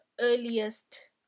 earliest